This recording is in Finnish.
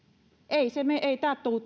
ei tämä